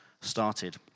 started